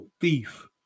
thief